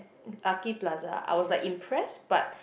Lucky plaza I was like impressed but